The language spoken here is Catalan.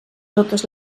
totes